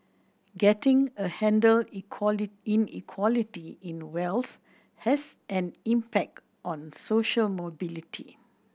getting a handle Inequality in wealth has an impact on social mobility